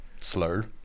Slur